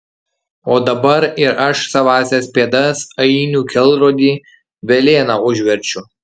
o dabar ir aš savąsias pėdas ainių kelrodį velėna užverčiu